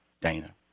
Dana